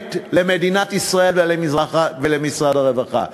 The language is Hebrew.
הולמת למדינת ישראל ולמשרד הרווחה.